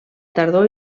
tardor